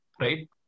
Right